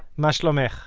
ma shlomech?